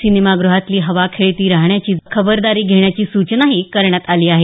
सिनेमागृहातली हवा खेळती राहण्याची खबरदारी घेण्याची सूचनाही करण्यात आली आहे